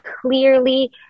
clearly